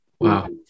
Wow